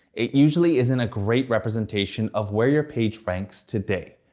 it usually isn't a great representation of where your page ranks today.